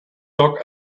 dog